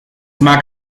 mag